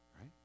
right